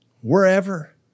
wherever